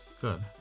Good